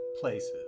places